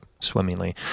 swimmingly